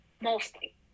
mostly